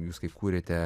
jūs kai kūrėte